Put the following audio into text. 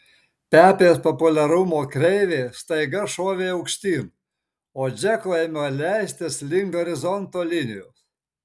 pepės populiarumo kreivė staiga šovė aukštyn o džeko ėmė leistis link horizonto linijos